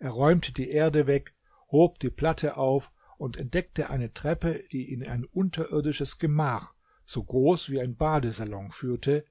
er räumte die erde weg hob die platte auf und entdeckte eine treppe die in ein unterirdisches gemach so groß wie ein badesalon führte